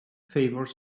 favours